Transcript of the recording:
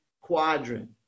quadrant